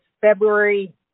February